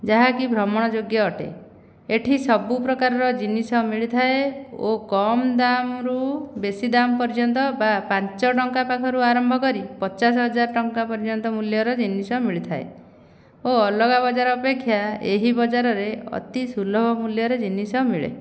ଯାହାକି ଭ୍ରମଣ ଯୋଗ୍ୟ ଅଟେ ଏଇଠି ସବୁ ପ୍ରକାରର ଜିନିଷ ମିଳିଥାଏ ଓ କମ୍ ଦାମରୁ ବେଶୀ ଦାମ ପର୍ଯ୍ୟନ୍ତ ବା ପାଞ୍ଚ ଟଙ୍କା ପାଖରୁ ଆରମ୍ଭ କରି ପଚାଶ ହଜାର ଟଙ୍କା ପର୍ଯ୍ୟନ୍ତ ମୂଲ୍ୟର ଜିନିଷ ମିଳିଥାଏ ଓ ଅଲଗା ବଜାର ଅପେକ୍ଷା ଏହି ବଜାରରେ ଅତି ସୁଲଭ ମୂଲ୍ୟରେ ଜିନିଷ ମିଳେ